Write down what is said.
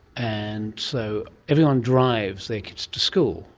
and so everyone drive their kids to school.